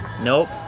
Nope